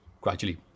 gradually